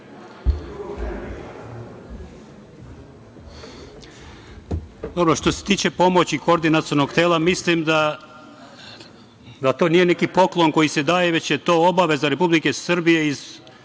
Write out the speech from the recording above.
Kamberi** Što se tiče pomoći Koordinacionog tela mislim da to nije neki pokloni koji se daje već je to obaveza Republike Srbije na